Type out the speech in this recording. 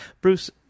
Bruce